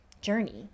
journey